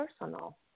personal